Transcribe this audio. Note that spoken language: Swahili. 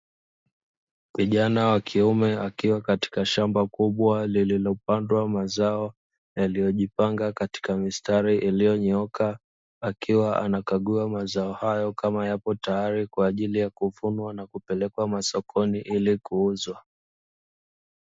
Kijana wa kiume akiwa katika shamba kubwa lililopandwa mazao yaliyojipanga katika mistari iliyonyooka, akiwa anakagua mazao hayo kama yapo tayari kwa ajili ya kuvunwa na kupelekwa masokoni ili kuuzwa.